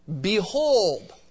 Behold